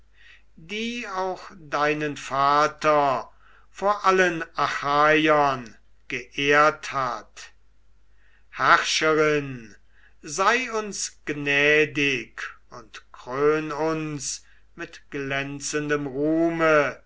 die auch deinen vater vor allen achaiern geehrt hat herrscherin sei uns gnädig und krön uns mit glänzendem ruhme